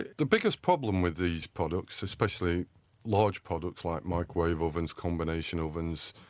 the biggest problem with these products, especially large products like microwave ovens, combination ovens,